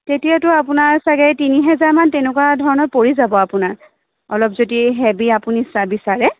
তেতিয়াতো আপোনাৰ চাগে তিনি হেজাৰমান তেনেকুৱা ধৰণৰ পৰি যাব আপোনাৰ অলপ যদি হেভী আপুনি ইচ্ছা বিচাৰে